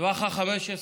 בטווח ה-15,